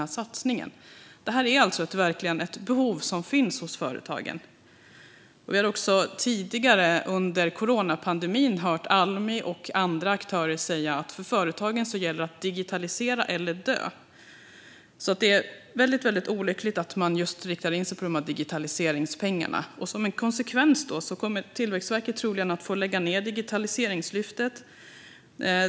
Det är ett behov som finns hos företagen. Tidigare under coronapandemin har vi också hört Almi och andra aktörer säga att det för företagen gäller att digitalisera eller dö. Det är alltså väldigt olyckligt att man riktar in sig på just digitaliseringspengarna. Som en konsekvens kommer Tillväxtverket troligen att få lägga ned Digitaliseringslyftet.